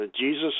Jesus